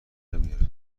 نمیاره